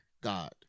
God